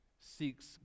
seeks